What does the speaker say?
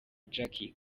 jackie